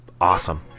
awesome